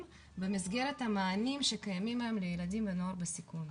במסגרת המענים שקיימים היום לילדים ונוער בסיכון.